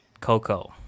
Coco